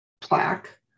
plaque